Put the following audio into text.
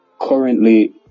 currently